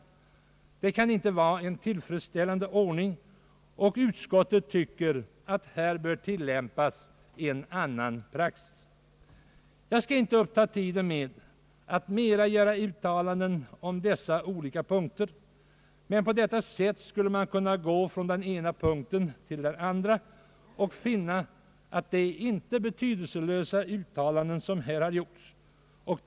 Detta kan inte vara en tillfredsställande ordning, och utskottet tycker att en annan praxis här bör tilllämpas. Jag skall inte uppta tiden med ytterligare uttalanden om de olika punkterna, men på detta sätt skulle man kunna gå från den ena punkten till den andra och konstatera att det inte är betydelselösa uttalanden som har gjorts.